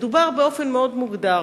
מדובר באופן מאוד מוגדר